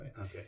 Okay